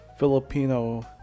Filipino